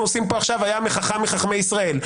עושים פה עכשיו היה חכם מחכמי ישראל.